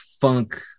funk